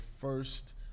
first